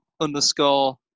underscore